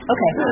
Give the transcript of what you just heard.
Okay